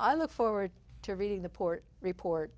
i look forward to reading the port report